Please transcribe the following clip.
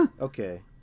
okay